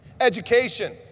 education